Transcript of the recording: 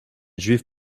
juive